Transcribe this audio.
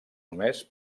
només